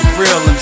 real